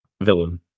Villain